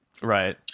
right